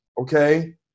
okay